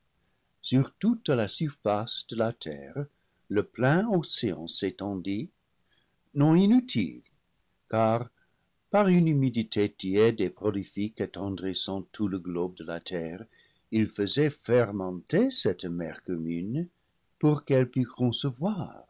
sur toute la surface de la terre le plein océan s'étendit non in utile car par une humidité tiède et prolifique attendrissant tout le globe de la terre il faisait fermenter cette mère com mune pour qu'elle pût concevoir